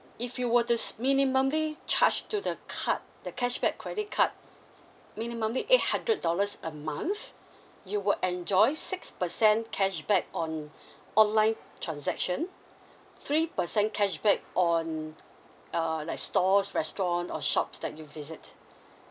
if you were to minimally charge to the card the cashback credit card minimally eight hundred dollars a month you will enjoys six percent cashback on online transaction three percent cashback on err like stores restaurant or shops that you visit